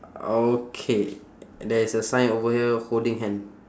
okay there's a sign over here holding hand